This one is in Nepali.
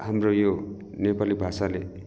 हाम्रो यो नेपाली भाषाले